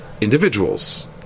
individuals